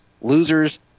losers